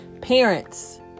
Parents